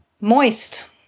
Moist